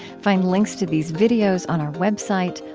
find links to these videos on our website,